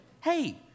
Hey